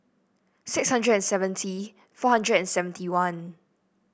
six hundred and seventy four hundred and seventy one